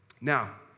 Now